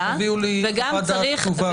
תביאו לי חוות דעת כתובה.